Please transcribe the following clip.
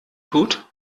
tut